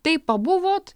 taip pabuvot